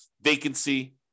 vacancy